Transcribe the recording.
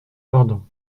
pardon